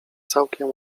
całkiem